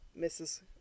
mrs